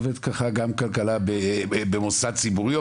גם במוסד ציבורי,